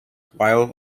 whilst